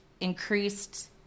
increased